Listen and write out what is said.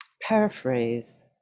paraphrase